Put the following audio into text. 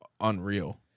unreal